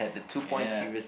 ya